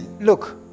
look